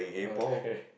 okay